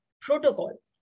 protocol